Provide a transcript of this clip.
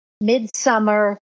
midsummer